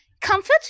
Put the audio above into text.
Comfort